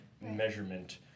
measurement